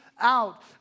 out